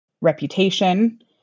Reputation